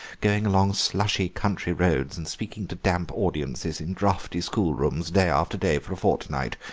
going along slushy country roads and speaking to damp audiences in draughty schoolrooms, day after day for a fortnight.